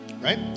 right